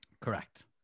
correct